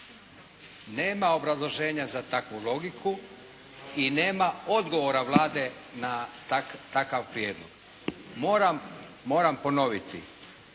Nema obrazloženja za takvu logiku i nema odgovora Vlade na takav prijedlog. Moram ponoviti,